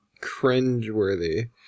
cringeworthy